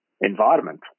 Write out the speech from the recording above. environment